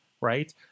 right